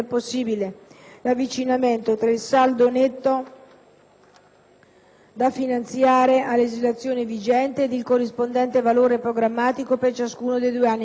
l'avvicinamento tra il saldo netto da finanziare a legislazione vigente ed il corrispondente valore programmatico per ciascuno dei due anni indicati.